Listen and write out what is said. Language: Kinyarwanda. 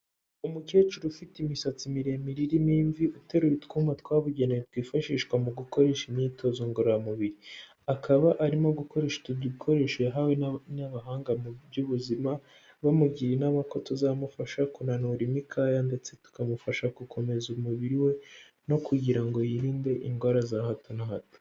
Umukecuru ufite imisatsi miremire irimo imvi, uteruye utwuma twabugenewe twifashishwa mu gukoresha imyitozo ngororamubiri. Akaba arimo gukoresha utu dukoresho yahawe n'abahanga mu by'ubuzima, bamugira inama ko tuzamufasha kunanura imikaya ndetse tukamufasha gukomeza umubiri we, no kugira ngo yirinde indwara za hato na hato.